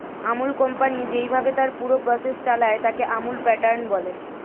আমূল company যেইভাবে তার পুরো প্রসেস চালায়, তাকে আমূল প্যাটার্ন বলে